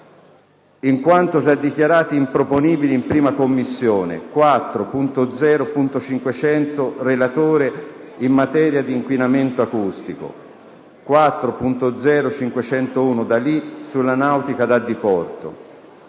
in quanto già dichiarati improponibili in la Commissione: 4.0.500 del relatore, in materia di inquinamento acustico; 4.0.501 D'Alì, sulla nautica da diporto;